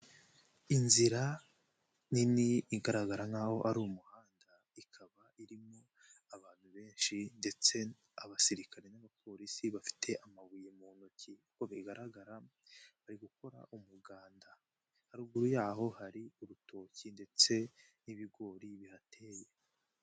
Inzira nini igaragara nk'aho ari umuhanda. Ikaba irimo abantu benshi ndetse Abasirikare n'Abapolisi bafite amabuye mu ntoki. Uko bigaragara barimo gukora umuganda. Haruguru yaho hari urutoki ndetse n'ibigori bihateye.